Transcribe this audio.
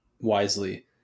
wisely